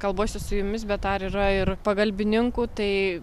kalbuosi su jumis bet ar yra ir pagalbininkų tai